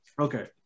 okay